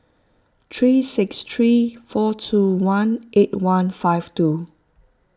three six three four two one eight one five two